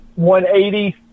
180